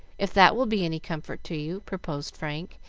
if that will be any comfort to you, proposed frank,